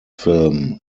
film